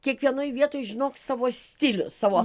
kiekvienoj vietoj žinok savo stilių savo